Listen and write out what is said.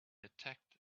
attacked